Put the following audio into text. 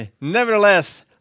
Nevertheless